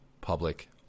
public